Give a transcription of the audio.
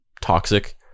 toxic